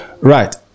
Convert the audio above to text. Right